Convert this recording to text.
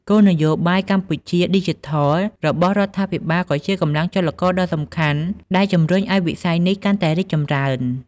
គោលនយោបាយ កម្ពុជាឌីជីថល របស់រដ្ឋាភិបាលក៏ជាកម្លាំងចលករដ៏សំខាន់ដែលជំរុញឱ្យវិស័យនេះកាន់តែរីកចម្រើន។